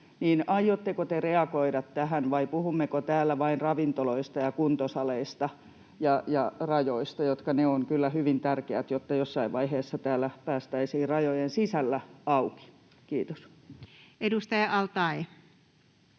aiotteko te reagoida tähän vai puhummeko täällä vain ravintoloista ja kuntosaleista ja rajoista — jotka ovat kyllä hyvin tärkeät, jotta jossain vaiheessa täällä päästäisiin rajojen sisällä auki. — Kiitos. [Speech 342]